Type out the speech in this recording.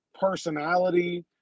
personality